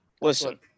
Listen